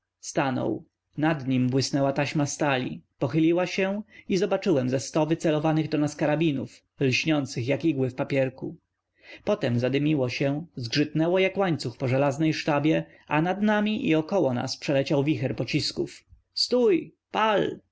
stanął nad nim błysnęła taśma stali pochyliła się i zobaczyłem ze sto wycelowanych do nas karabinów lśniących jak igły w papierku potem zadymiło się zgrzytnęło jak łańcuch po żelaznej sztabie a nad nami i około nas przeleciał wicher pocisków stój pal